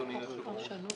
אדוני היושב-ראש,